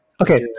okay